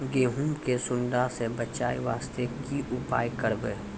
गहूम के सुंडा से बचाई वास्ते की उपाय करबै?